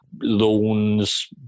loans